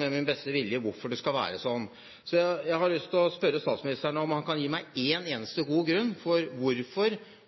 med min beste vilje forstå hvorfor det skal være slik. Så jeg har lyst til å spørre statsministeren om han kan gi meg én eneste god grunn for hvorfor